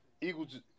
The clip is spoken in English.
Eagles